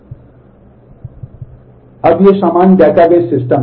अब ये सामान्य डेटाबेस सिस्टम हैं